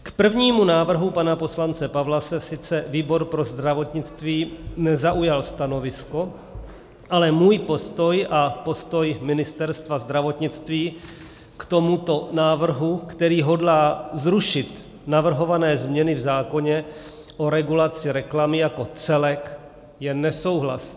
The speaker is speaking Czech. K prvnímu návrhu pana poslance Pawlase sice výbor pro zdravotnictví nezaujal stanovisko, ale můj postoj a postoj Ministerstva zdravotnictví k tomuto návrhu, který hodlá zrušit navrhované změny v zákoně o regulaci reklamy jako celek, je nesouhlasný.